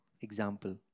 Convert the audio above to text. example